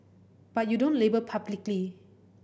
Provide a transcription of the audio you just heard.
but you don't label publicly